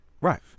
Right